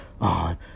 on